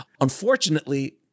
Unfortunately